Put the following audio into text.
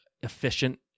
efficient